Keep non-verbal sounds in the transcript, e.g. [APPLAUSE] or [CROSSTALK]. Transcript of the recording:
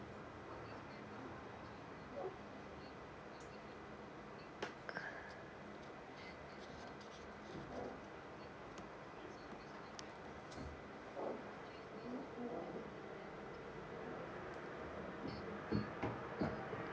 [BREATH]